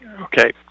Okay